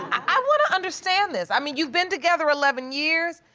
i want to understand this. i mean, you've been together eleven years,